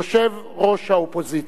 יושב-ראש האופוזיציה.